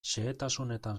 xehetasunetan